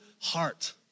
heart